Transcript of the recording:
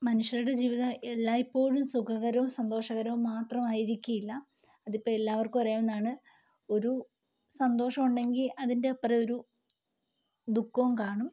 മനുഷ്യരുടെ ജീവിതം എല്ലായിപ്പോഴും സുഖകരവും സന്തോഷകരവും മാത്രമായിരിക്കില്ല അതിപ്പോൾ എല്ലാവർക്കും അറിയാവുന്നതാണ് ഒരു സന്തോഷം ഉണ്ടെങ്കിൽ അതിൻ്റെ അപ്പുറം ഒരു ദുഃഖവും കാണും